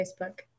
Facebook